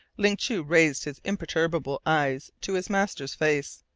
ling chu raised his imperturbable eyes to his master's face.